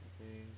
shopping